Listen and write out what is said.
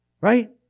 Right